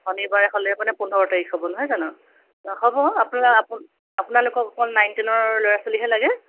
শনি বাৰ হ'লে মানে পোন্ধৰ তাৰিখ হ'ব নহয় জানো অঁ হ'ব আপোনালোক আপোনালোকক অকল নাইন টেনৰ ল'ৰা ছোৱালীহে লাগে